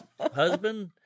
Husband